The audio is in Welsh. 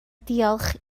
diolch